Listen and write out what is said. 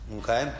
Okay